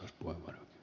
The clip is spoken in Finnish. hyvä